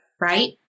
right